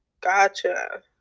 Gotcha